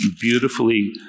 beautifully